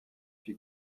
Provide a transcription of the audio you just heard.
you